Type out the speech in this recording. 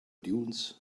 dunes